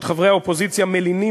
אני שמעתי את חברי האופוזיציה מלינים